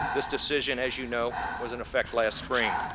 this decision, as you know, was in effect last spring.